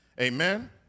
amen